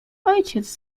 ojciec